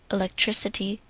electricity.